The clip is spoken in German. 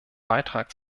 beitrag